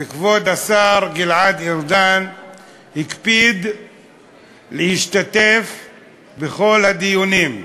וכבוד השר גלעד ארדן הקפיד להשתתף בכל הדיונים,